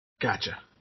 Gotcha